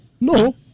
No